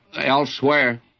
elsewhere